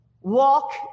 walk